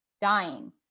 dying